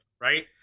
right